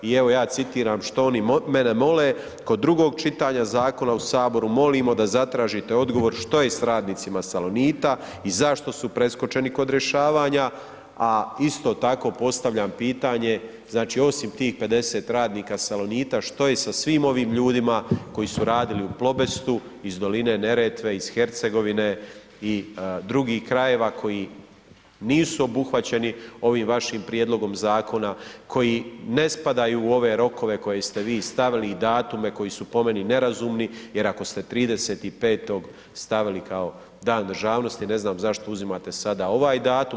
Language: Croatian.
I evo ja citiram što oni mene mole, kod drugog čitanja zakona u saboru molimo da zatražite odgovor što je s radnicima Salonita i zašto su preskočeni kod rješavanja, a isto tako postavljam pitanje, znači osim tih 50 radnika Salonita što je sa svim ovim ljudima koji su radili u Plobestu, iz doline Neretve iz Hercegovine i drugih krajeva koji nisu obuhvaćeni ovim vašim prijedlogom zakona, koji ne spadaju u ove rokove koje ste vi stavili i datume koji su po meni nerazumni, jer ako ste 30.5. stavili kao Dan državnosti, ne znam zašto uzimate sada ovaj datum.